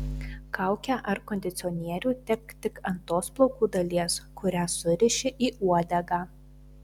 kaukę ar kondicionierių tepk tik ant tos plaukų dalies kurią suriši į uodegą